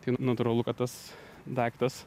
tai natūralu kad tas daiktas